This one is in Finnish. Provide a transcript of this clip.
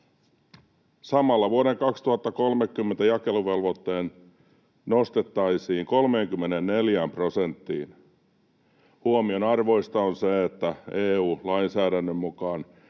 Samalla vuoden 2030 jakeluvelvoite nostettaisiin 34 prosenttiin. Huomionarvoista on se, että EU-lainsäädännön mukaan